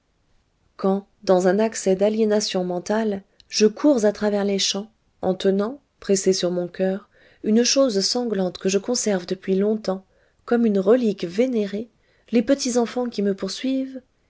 quand dans un accès d'aliénation mentale je cours à travers les champs en tenant pressée sur mon coeur une chose sanglante que je conserve depuis longtemps comme une relique vénérée les petits enfants qui me poursuivent